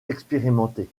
expérimenté